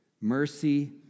mercy